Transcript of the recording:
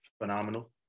phenomenal